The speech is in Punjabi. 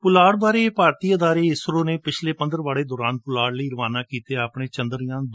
ਪੁਲਾੜ ਬਾਰੇ ਭਾਰਤੀ ਅਦਾਰੇ ਇਸਰੋ ਨੇ ਪਿਛਲੇ ਪੰਦਰਵਾੜੇ ਦੌਰਾਨ ਪੁਲਾੜ ਲਈ ਰਵਾਨਾ ਕੀਤੇ ਆਪਣੇ ਚੰਦਰਯਾਨ